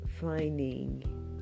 finding